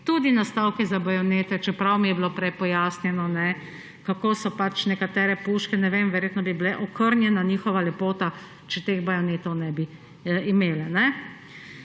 tudi nastavke za bajonete, čeprav mi je bilo prej pojasnjeno, kako nekaterim puškam, ne vem, verjetno bi bile okrnjena njihova lepota, če teh bajonetov ne bi imele.